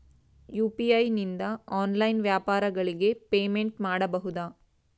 UPI ನಿಂದ online ವ್ಯಾಪಾರಗಳಿಗೆ payment ಮಾಡಬಹುದಾ?